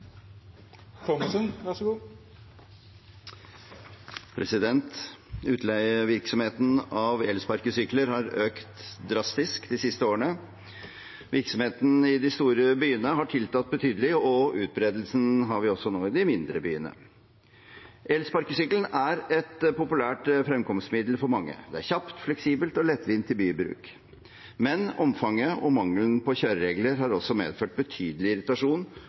Utleievirksomheten av elsparkesykler har økt drastisk de siste årene. Virksomheten i de store byene har tiltatt betydelig, og utbredelsen har vi nå også i de mindre byene. Elsparkesykkelen er et populært fremkomstmiddel for mange. Det er kjapt, fleksibelt og lettvint til bybruk, men omfanget og mangelen på kjøreregler har også medført betydelig irritasjon